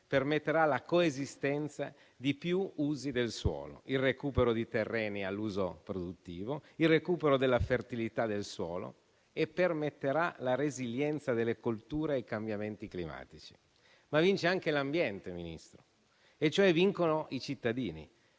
permetterà la coesistenza di più usi del suolo, il recupero di terreni all'uso produttivo, il recupero della fertilità del suolo e la resilienza delle colture ai cambiamenti climatici, ma vince anche l'ambiente, Ministro, e cioè vincono i cittadini,